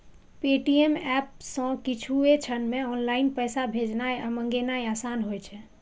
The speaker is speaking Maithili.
पे.टी.एम एप सं किछुए क्षण मे ऑनलाइन पैसा भेजनाय आ मंगेनाय आसान होइ छै